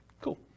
cool